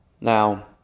Now